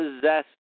possessed